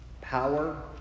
Power